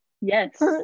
Yes